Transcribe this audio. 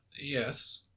yes